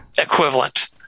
Equivalent